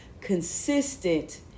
consistent